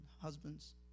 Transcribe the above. husbands